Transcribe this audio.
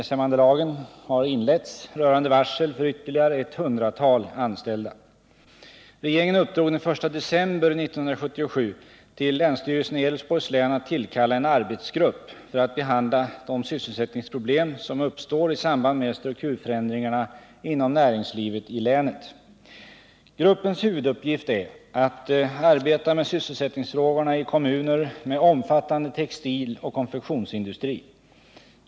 stämmandelagen har inletts rörande varsel för ytterligare ett hundratal anställda. Regeringen uppdrog den 1 december 1977 åt länsstyrelsen i Älvsborgs län att tillkalla en arbetsgrupp för att behandla de sysselsättningsproblem som uppstår i samband med strukturförändringarna inom näringslivet i länet. Gruppens huvuduppgift är att arbeta med sysselsättningsfrågorna i kommuner med omfattande textiloch konfektionsindustri.